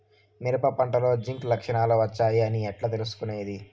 మిరప పంటలో జింక్ లక్షణాలు వచ్చాయి అని ఎట్లా తెలుసుకొనేది?